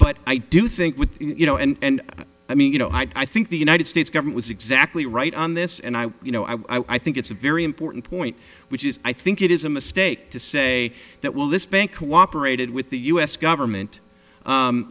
but i do think with you know and i mean you know i think the united states government is exactly right on this and i you know i i think it's a very important point which is i think it is a mistake to say that will this bank cooperated with the u s government